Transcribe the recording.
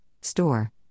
store